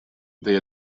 they